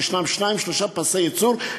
כשיש שניים-שלושה פסי ייצור,